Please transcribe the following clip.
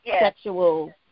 sexual